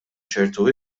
ċerti